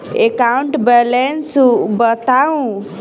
account balance बताउ